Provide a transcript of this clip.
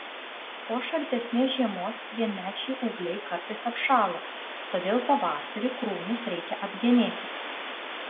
po šaltesnės žiemos vienmečiai ūgliai kartais apšąla todėl pavasarį krūmus reikia apgenėti